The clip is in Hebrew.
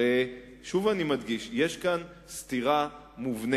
הרי שוב אני מדגיש: יש כאן סתירה מובנית.